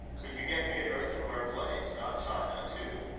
could you get me an earthenware plate not china too?